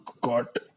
got